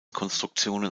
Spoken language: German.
konstruktionen